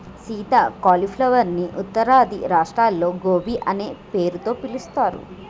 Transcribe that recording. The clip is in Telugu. సీత క్యాలీఫ్లవర్ ని ఉత్తరాది రాష్ట్రాల్లో గోబీ అనే పేరుతో పిలుస్తారు